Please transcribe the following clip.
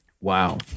Wow